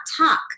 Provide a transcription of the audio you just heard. talk